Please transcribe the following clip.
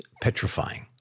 petrifying